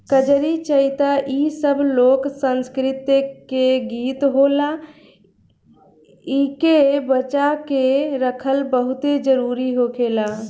कजरी, चइता इ सब लोक संस्कृति के गीत होला एइके बचा के रखल बहुते जरुरी होखेला